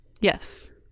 Yes